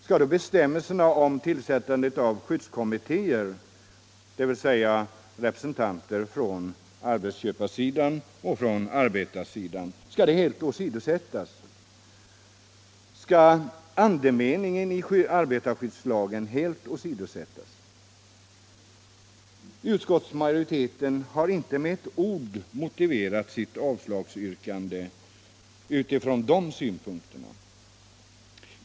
Skall då bestämmelserna om tillsättande av skyddskommittéer — dvs. representanter från arbetsköparsidan och arbetarsidan — helt åsidosättas? Skall andemeningen i arbetarskyddslagen helt åsidosättas? Utskottsmajoriteten har inte med ett ord motiverat sill avslagsyrkande utifrån de synpunkterna.